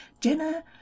Jenna